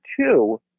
two